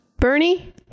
Bernie